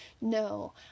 no